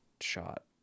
shot